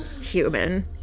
human